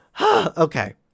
Okay